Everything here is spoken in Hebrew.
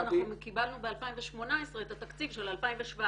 פשוט אנחנו קיבלנו ב-2018 את התקציב של 2017,